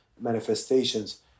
manifestations